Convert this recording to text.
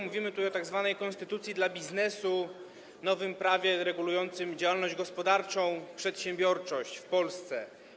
Mówimy tutaj o tzw. konstytucji dla biznesu, nowym prawie regulującym działalność gospodarczą, przedsiębiorczość w Polsce.